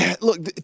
Look